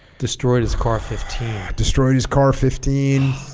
destroyed his car fifteen. destroyed his car fifteen.